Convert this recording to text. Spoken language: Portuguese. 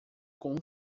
com